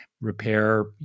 repair